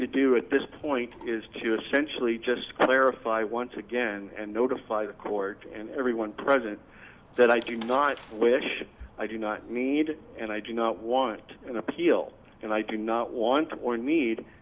to do at this point is to essentially just clarify once again and notify the court and everyone present that i do not wish i do not need and i do not want an appeal and i do not want or need